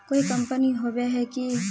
कोई कंपनी होबे है की?